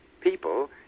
People